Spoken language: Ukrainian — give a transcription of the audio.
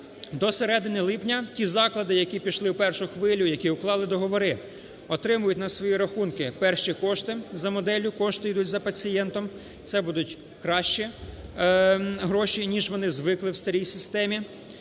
До середини липня ті заклади, які пішли в першу хвилю, які уклали договори, отримують на свої рахунки перші кошти за моделлю "кошти ідуть за пацієнтом" – це будуть кращі гроші, ніж вони звикли в старій системі.